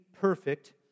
perfect